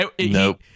nope